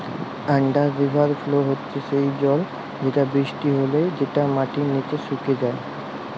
under river flow হচ্যে সেই জল যেটা বৃষ্টি হলে যেটা মাটির নিচে সুকে যায়